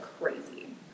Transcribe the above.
crazy